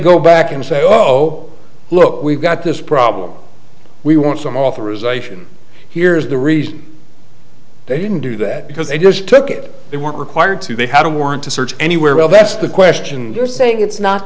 go back and say oh look we've got this problem we want some authorization here is the reason they didn't do that because they just took it they weren't required to they had a warrant to search anywhere well that's the question you're saying it's not